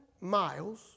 miles